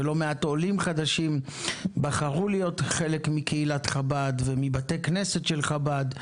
ולא מעט עולים חדשים בחרו להיות חלק מקהילת חב"ד ומבתי כנסת של חב"ד,